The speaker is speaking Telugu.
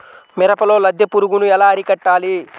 మిరపలో లద్దె పురుగు ఎలా అరికట్టాలి?